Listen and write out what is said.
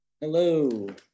Hello